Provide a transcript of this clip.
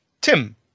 Tim